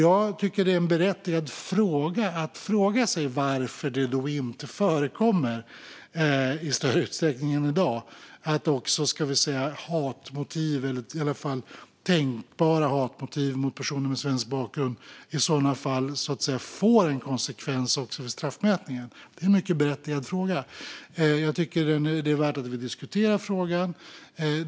Jag tycker att det är berättigat att fråga sig varför det inte förekommer i större utsträckning än vad det gör i dag att hatmotiv - eller i alla fall tänkbara hatmotiv - mot personer med svensk bakgrund får en konsekvens också vid straffmätningen. Jag tycker att det är värt att vi diskuterar frågan.